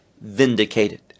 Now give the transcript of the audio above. vindicated